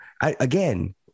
Again